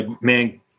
Man